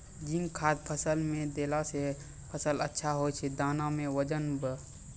zinc खाद फ़सल मे देला से फ़सल अच्छा होय छै दाना मे वजन ब